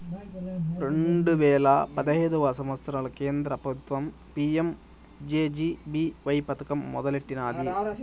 రెండు వేల పదహైదు సంవత్సరంల కేంద్ర పెబుత్వం పీ.యం జె.జె.బీ.వై పదకం మొదలెట్టినాది